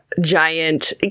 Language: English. giant